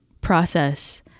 process